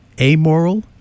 amoral